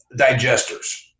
digesters